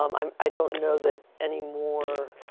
um um i don't know that any more